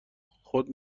خود